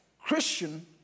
christian